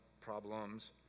problems